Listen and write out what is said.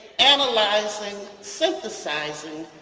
analyzing synthesizing,